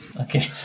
Okay